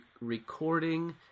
recording